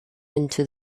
into